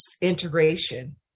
integration